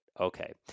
Okay